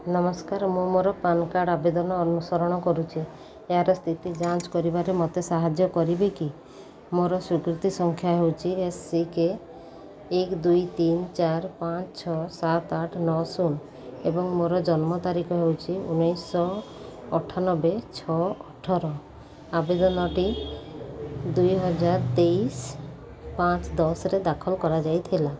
ନମସ୍କାର ମୁଁ ମୋର ପାନ୍ କାର୍ଡ଼ ଆବେଦନ ଅନୁସରଣ କରୁଛି ଏହାର ସ୍ଥିତି ଯାଞ୍ଚ କରିବାରେ ମୋତେ ସାହାଯ୍ୟ କରିବେ କି ମୋର ସ୍ୱୀକୃତି ସଂଖ୍ୟା ହେଉଛି ଏ ସି କେ ଏକ ଦୁଇ ତିନି ଚାରି ପାଞ୍ଚ ଛଅ ସାତ ଆଠ ନଅ ଶୂନ ଏବଂ ମୋର ଜନ୍ମ ତାରିଖ ହେଉଛି ଉଣେଇଶ ଅଠାନବେ ଛଅ ଅଠର ଆବେଦନଟି ଦୁଇହଜାର ତେଇଶ ପାଞ୍ଚ ଦଶରେ ଦାଖଲ କରାଯାଇଥିଲା